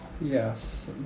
Yes